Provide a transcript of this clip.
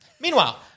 Meanwhile